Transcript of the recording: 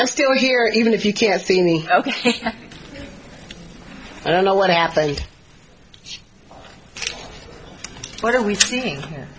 i'm still here even if you can't see me ok i don't know what happened what are we